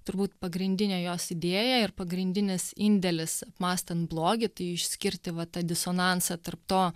turbūt pagrindinė jos idėja ir pagrindinis indėlis mąstant blogį tai išskirti va tą disonansą tarp to